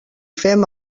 fem